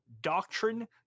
doctrine